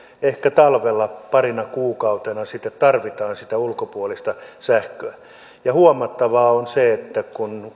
ehkä talvella parina kuukautena sitten tarvitaan ulkopuolista sähköä ja huomattavaa on se että kun